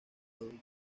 adultos